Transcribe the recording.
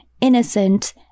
innocent